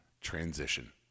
transition